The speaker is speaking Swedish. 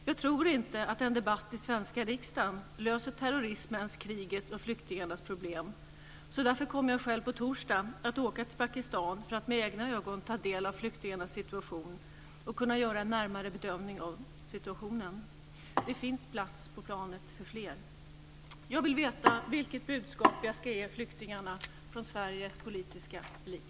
Jag tror inte att en debatt i den svenska riksdagen löser terrorismens, krigets och flyktingarnas problem, och därför kommer jag själv att på torsdag åka till Pakistan för att med egna ögon ta del av flyktingarnas situation och kunna göra en närmare bedömning av situationen. Det finns plats på planet för fler. Jag vill veta vilket budskap jag ska ge flyktingarna från Sveriges politiska elit.